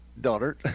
daughter